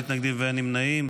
אין מתנגדים ואין נמנעים.